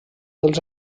dels